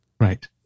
Right